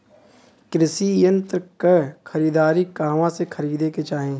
कृषि यंत्र क खरीदारी कहवा से खरीदे के चाही?